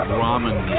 ramen